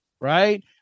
Right